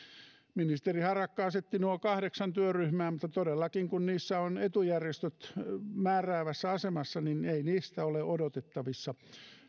ministeri harakka asetti nuo kahdeksan työryhmää mutta todellakin kun niissä on etujärjestöt määräävässä asemassa niin ei niistä ole odotettavissa